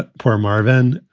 but poor marvin.